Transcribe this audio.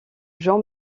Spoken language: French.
jean